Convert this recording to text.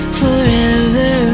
forever